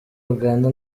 uganda